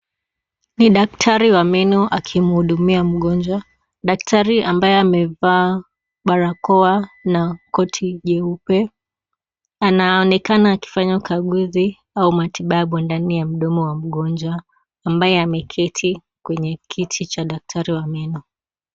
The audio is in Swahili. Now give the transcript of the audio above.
Ni daktari wa meno akimhudumia mgonjwa. Daktari ambaye amevaa barakoa na koti jeupe, anaonekana akifanya ukaguzi au matibabu ndani ya mdomo wa mgonjwa, ambaye ameketi kwenye kiti cha daktari wa meno.